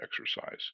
exercise